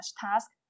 task